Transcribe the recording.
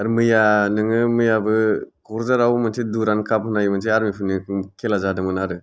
आरो मैया नोङो मैयाबो कक्राझाराव मोनसे दुरान्ड काप होननाय मोनसे आरमि फोरनि खेला जादोंमोन आरो